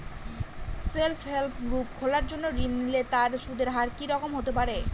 Self help group খোলার জন্য ঋণ নিলে তার সুদের হার কি রকম হতে পারে?